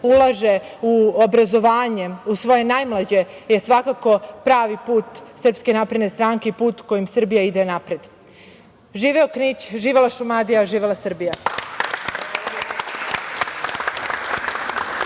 ulaže u obrazovanje, u svoje najmlađe, svakako je pravi put SNS i put kojim Srbija ide napred. Živeo Knić, živela Šumadija, živela Srbija!